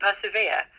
persevere